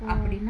mm